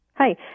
Hi